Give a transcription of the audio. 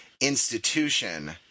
institution